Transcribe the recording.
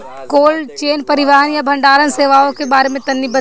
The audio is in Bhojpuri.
कोल्ड चेन परिवहन या भंडारण सेवाओं के बारे में तनी बताई?